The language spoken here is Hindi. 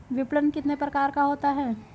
विपणन कितने प्रकार का होता है?